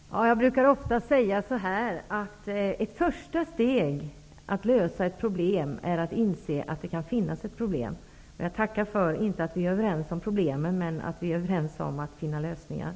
Fru talman! Jag brukar ofta säga att ett första steg när det gäller att lösa problem är att inse att de finns. Jag tackar för att vi är överens om att finna lösningar på problemen.